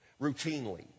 routinely